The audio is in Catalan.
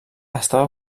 estava